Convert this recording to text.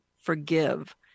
forgive